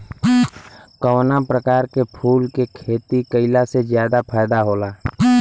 कवना प्रकार के फूल के खेती कइला से ज्यादा फायदा होला?